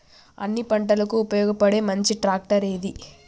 అన్ని పంటలకు ఉపయోగపడే మంచి ట్రాక్టర్ ఏది?